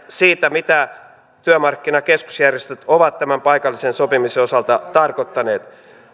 siitä mitä työmarkkinakeskusjärjestöt ovat tämän paikallisen sopimisen osalta tarkoittaneet